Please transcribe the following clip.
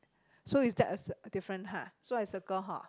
so is that a s~ different !huh! so I circle hor